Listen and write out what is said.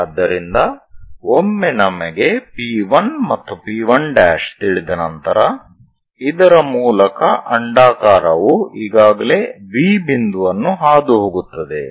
ಆದ್ದರಿಂದ ಒಮ್ಮೆ ನಮಗೆ P1 ಮತ್ತು P 1 ತಿಳಿದ ನಂತರ ಇದರ ಮೂಲಕ ಅಂಡಾಕಾರವು ಈಗಾಗಲೇ V ಬಿಂದುವನ್ನು ಹಾದುಹೋಗುತ್ತದೆ